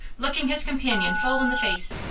looking his companion full in the face.